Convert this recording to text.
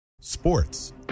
Sports